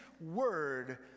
Word